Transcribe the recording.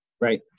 Right